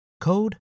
code